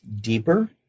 deeper